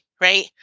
right